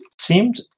seemed